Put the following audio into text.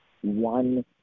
one